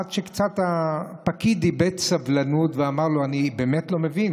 עד שהפקיד קצת איבד סבלנות ואמר לו: אני באמת לא מבין,